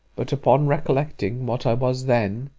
but upon recollecting what i was then,